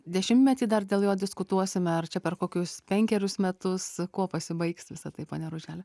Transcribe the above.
dešimtmetį dar dėl jo diskutuosime ar čia per kokius penkerius metus kuo pasibaigs visa tai pone ružele